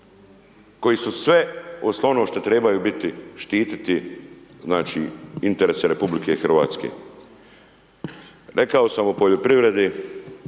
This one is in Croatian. koji su sve uz ono što trebaju biti štiti znači interese RH. Rekao samo u poljoprivredi